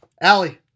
Allie